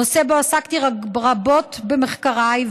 נושא שבו עסקתי רבות במחקריי.